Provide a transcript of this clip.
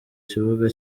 kibuga